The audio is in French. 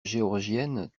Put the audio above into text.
géorgienne